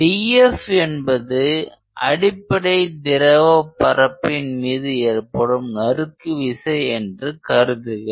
dF என்பது அடிப்படை திரவப் பரப்பின் மீது ஏற்படும் நறுக்கு விசை என்று கருதுக